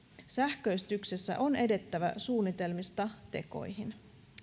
sähköistyksessä on edettävä suunnitelmista tekoihin